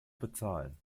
bezahlen